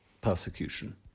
persecution